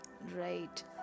Right